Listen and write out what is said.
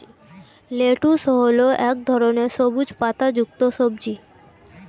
lettuce হল এক ধরনের সবুজ পাতাযুক্ত সবজি